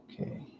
okay